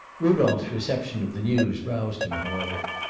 rudolph's reception of the news roused him, however.